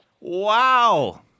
Wow